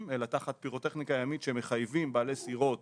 אלא תחת פירוטכניקה ימית שמחייבים בעלי סירות